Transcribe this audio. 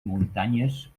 muntanyes